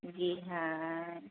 जी हाँ